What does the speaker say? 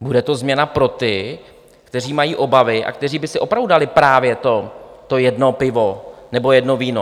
Bude to změna pro ty, kteří mají obavy a kteří by si opravdu dali právě jedno pivo nebo jedno víno.